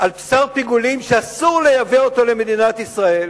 על בשר פיגולים שאסור לייבא אותו למדינת ישראל,